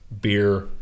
beer